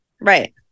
right